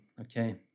okay